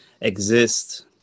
exist